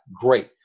great